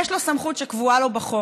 יש לו סמכות שקבועה לו בחוק.